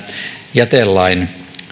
jätelain